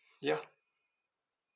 yeah